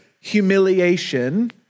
humiliation